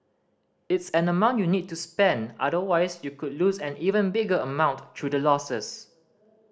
it's an amount you need to spend otherwise you could lose an even bigger amount through the losses